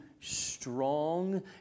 strong